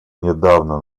недавно